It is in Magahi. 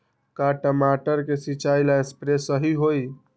का टमाटर के सिचाई ला सप्रे सही होई?